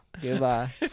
Goodbye